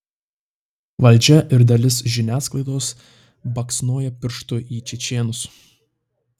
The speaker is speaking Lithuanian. valdžia ir dalis žiniasklaidos baksnoja pirštu į čečėnus